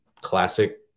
classic